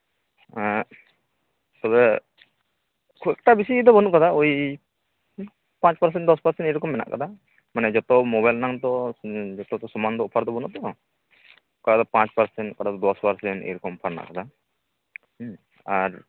ᱛᱚᱵᱮ ᱠᱷᱩᱵᱽ ᱮᱠᱴᱟ ᱵᱮᱥᱤ ᱫᱚ ᱵᱟᱹᱱᱩᱜ ᱠᱟᱫᱟ ᱳᱭ ᱯᱟᱸᱪ ᱯᱟᱨᱥᱮᱱ ᱫᱚᱥ ᱯᱟᱨᱥᱮᱱ ᱮᱭᱨᱚᱠᱚᱢ ᱢᱮᱱᱟᱜ ᱠᱟᱫᱟ ᱢᱟᱱᱮ ᱡᱚᱛᱚ ᱢᱳᱵᱟᱭᱤᱞ ᱨᱮᱱᱟᱝ ᱫᱚ ᱡᱚᱛᱚ ᱫᱚ ᱥᱚᱢᱟᱱ ᱫᱚ ᱚᱯᱷᱟᱨ ᱫᱚ ᱵᱟᱹᱱᱩᱜ ᱟᱛᱚ ᱚᱠᱟ ᱫᱚ ᱯᱟᱸᱪ ᱯᱟᱨᱥᱮᱱ ᱚᱠᱟᱫᱚ ᱫᱚᱥ ᱯᱟᱨᱥᱮᱱ ᱮᱭ ᱨᱚᱠᱚᱢ ᱚᱯᱷᱟᱨ ᱦᱮᱱᱟᱜ ᱠᱟᱫᱟ ᱦᱩᱸ ᱟᱨ